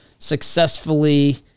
successfully